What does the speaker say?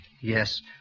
Yes